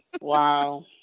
wow